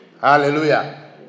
Hallelujah